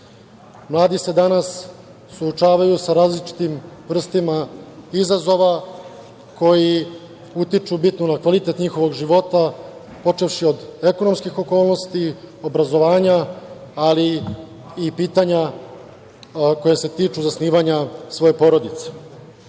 Mladi se danas suočavaju sa različitim vrstama izazova koji utiču bitno na kvalitet njihovog života, počevši od ekonomskih okolnosti, obrazovanja, ali i pitanja koja se tiču zasnivanja svoje porodice. Ono